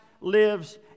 lives